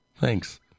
Thanks